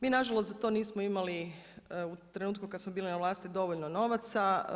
Mi na žalost za to nismo imali u trenutku kad smo bili na vlasti dovoljno novaca.